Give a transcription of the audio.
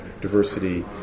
diversity